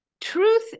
truth